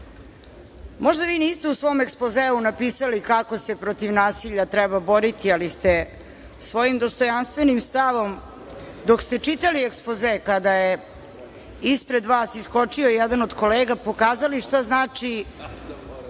vi niste u svom ekspozeu napisali kako se protiv nasilja treba boriti, ali ste svojim dostojanstvenim stavom, dok ste čitali ekspoze, kada je ispred vas iskočio jedan od kolega, pokazali šta znači